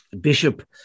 Bishop